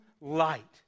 light